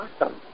awesome